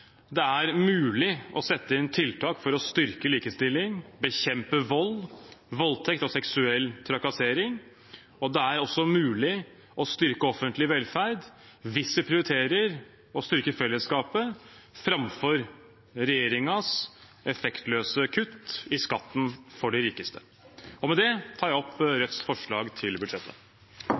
Det er mulig å øke barnetrygden. Det er mulig å sette inn tiltak for styrke likestilling, bekjempe vold, voldtekt og seksuell trakassering. Det er også mulig å styrke offentlig velferd hvis vi prioriterer å styrke fellesskapet framfor regjeringens effektløse kutt i skatten for de rikeste. Det vert replikkordskifte. Rødts